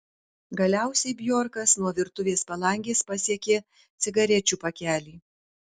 galiausiai bjorkas nuo virtuvės palangės pasiekė cigarečių pakelį